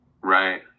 Right